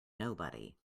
nobody